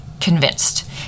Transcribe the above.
Convinced